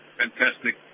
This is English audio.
fantastic